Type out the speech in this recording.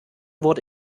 wurde